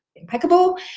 impeccable